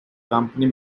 company